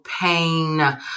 pain